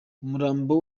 umurambo